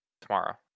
tomorrow